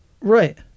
Right